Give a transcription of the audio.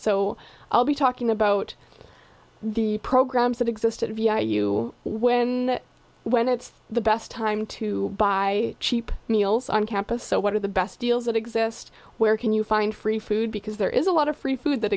so i'll be talking about the programs that existed of yeah you when when it's the best time to buy cheap meals on campus so what are the best deals that exist where can you find free food because there is a lot of free